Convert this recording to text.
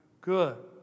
good